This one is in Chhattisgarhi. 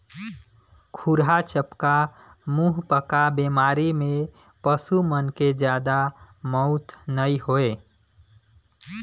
खुरहा चपका, मुहंपका बेमारी में पसू मन के जादा मउत नइ होय